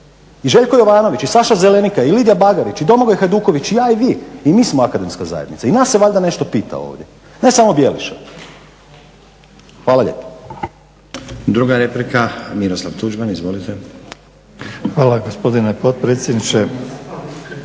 I Željko Jovanović i Saša Zelinka, i Lidija Bagarić, i Domagoj Hajduković i ja i vi i mi smo akademska zajednica i nas se valjda nešto pita ovdje, ne samo Bjeliša. Hvala lijepo. **Stazić, Nenad (SDP)** Druga replika Miroslav Tuđman. Izvolite. **Tuđman, Miroslav